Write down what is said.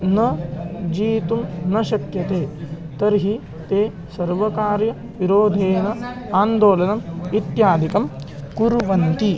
न जीतुं न शक्यते तर्हि ते सर्वकारविरोधेन आन्दोलनम् इत्यादिकं कुर्वन्ति